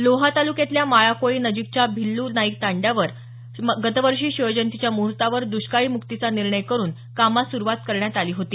लोहा तालुक्यातल्या माळाकोळी नजिकच्या भिल्लू नाईक तांड्यावर गतवर्षी शिवजयंतीच्या मुहर्तावर दुष्काळ मुक्तीचा निर्धार करून कामास सुरूवात करण्यात आली होती